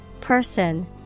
Person